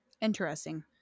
Interesting